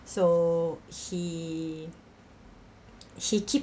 so he he keep